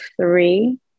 three